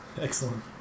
excellent